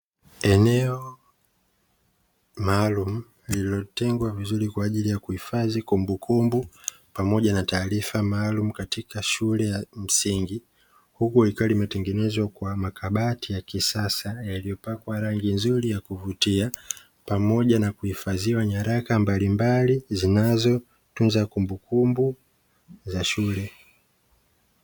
Eneo maalumu lililotengwa vizuri kwa ajili ya kuhifadhi kumbukumbu pamoja na taarifa maalumu katika shule ya msingi, huku likiwa limetengenezwa kwa makabati ya kisasa yaliyopakwa rangi nzuri ya kuvutia, pamoja na kuhifadhiwa nyaraka mbalimbali zinazotunza kumbukumbu za shule.